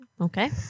Okay